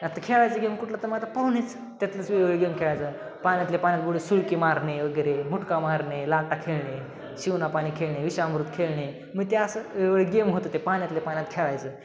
आता खेळायचं गेम कुठलं तर मग पोहनेच त्यातलेच वेगवेगळे गेम खेळायचं पाण्यातल्या पाण्यात सुरकी मारणे वगैरे मुटका मारणे लाटा खेळणे शिवना पाणी खेळणे विषामृत खेळणे मग ते असं वेगवेगळे गेम होतं ते पाण्यातले पाण्यात खेळायचं